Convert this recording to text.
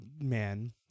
man